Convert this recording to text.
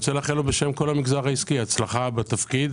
ואני רוצה לאחל לו בשם כל המגזר העסקי הצלחה בתפקיד.